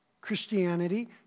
Christianity